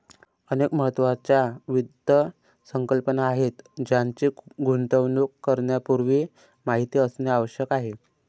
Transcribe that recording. अनेक महत्त्वाच्या वित्त संकल्पना आहेत ज्यांची गुंतवणूक करण्यापूर्वी माहिती असणे आवश्यक आहे